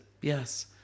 Yes